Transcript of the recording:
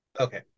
Okay